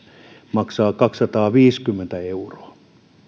maksaa kaksisataaviisikymmentä euroa